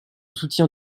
soutien